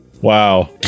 Wow